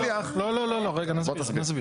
לא, לא, לא, רגע, נסביר.